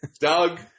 Doug